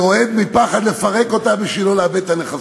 ורועד מפחד ולכן לא מפרק אותם בשביל לא לאבד את הנכסים.